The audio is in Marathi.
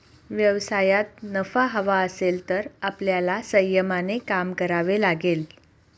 व्यवसायात नफा हवा असेल तर आपल्याला संयमाने काम करावे लागेल